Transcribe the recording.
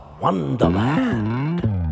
Wonderland